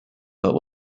but